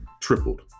tripled